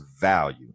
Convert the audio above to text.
value